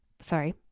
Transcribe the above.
sorry